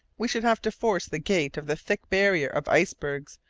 we should have to force the gate of the thick barrier of icebergs,